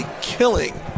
killing